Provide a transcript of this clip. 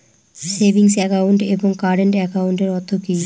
Savings account এবং current একাউন্টের অর্থ কি?